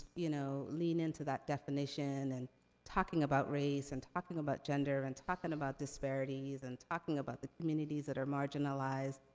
you know, lean into that definition, and talking about race, and talking about gender, and talking about disparities, and talking about the communities that are marginalized,